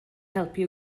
helpu